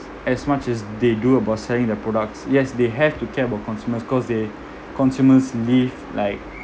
as much as they do about selling their products yes they have to care about consumers cause they consumers leave like